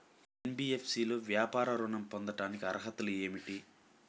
NBFC లో వ్యాపార ఋణం పొందటానికి అర్హతలు ఏమిటీ?